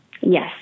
Yes